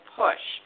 push